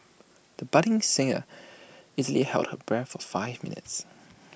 the budding singer easily held her breath for five minutes